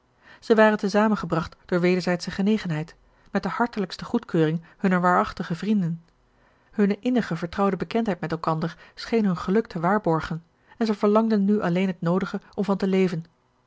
zij waren tezamengebracht door wederzijdsche genegenheid met de hartelijkste goedkeuring hunner waarachtige vrienden hunne innig vertrouwde bekendheid met elkander scheen hun geluk te waarborgen en zij verlangden nu alleen het noodige om van te leven